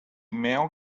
male